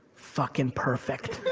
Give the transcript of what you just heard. fuckin' perfect.